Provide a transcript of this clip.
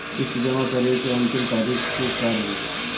किस्त जमा करे के अंतिम तारीख का रही?